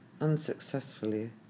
unsuccessfully